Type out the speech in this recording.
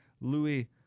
Louis